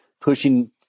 pushing